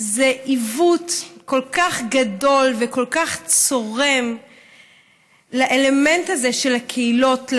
זה עיוות כל כך גדול וכל כך צורם של האלמנט הזה של הקהילות,